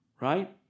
right